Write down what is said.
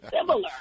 similar